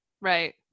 Right